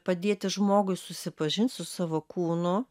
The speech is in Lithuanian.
padėti žmogui susipažint su savo kūnu